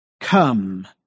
Come